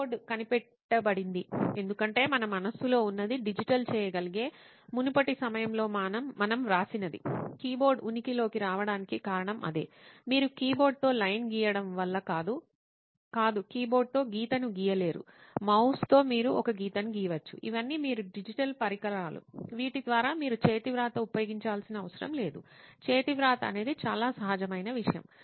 keyboard కనిపెట్టబడింది ఎందుకంటే మన మనస్సులో ఉన్నది డిజిటల్ చేయగలిగే మునుపటి సమయంలో మనం వ్రాసినది కీబోర్డ్ ఉనికిలోకి రావడానికి కారణం అదే మీరు కీబోర్డ్తో లైన్ గీయడం వల్ల కాదు కాదు కీబోర్డ్తో గీతను గీయలేరు మౌస్తో మీరు ఒక గీతను గీయవచ్చు ఇవన్నీ మీరు డిజిటల్ పరికరాలు వీటి ద్వారా మీరు చేతివ్రాత ఉపయోగించాల్సిన అవసరం లేదు చేతివ్రాత అనేది చాలా సహజమైన విషయం